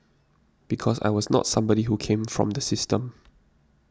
because I was not somebody who came from the system